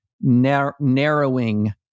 narrowing